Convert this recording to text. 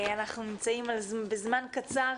אנחנו נמצאים בזמן קצר